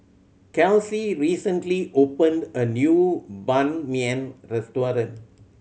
Kelsie recently opened a new Ban Mian restaurant